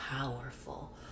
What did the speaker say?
powerful